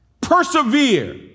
Persevere